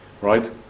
right